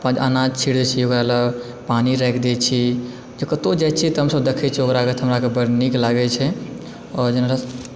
अपन अनाज छींट दैत छियै ओकरालऽ पानि राखि दैत छी जऽ कतहुँ जाइ छियै तऽ हमसभ देखय छियै ओकराके तऽ हमराकऽ बड्ड नीक लागय छै आओर जेना रस